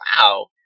wow